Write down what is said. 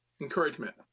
encouragement